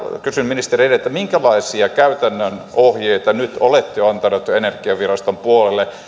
kysyn ministeri rehn minkälaisia käytännön ohjeita nyt olette jo antanut energiaviraston puolelle